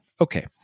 okay